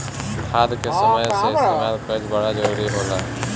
खाद के समय से इस्तेमाल कइल बड़ा जरूरी होला